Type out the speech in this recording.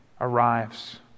arrives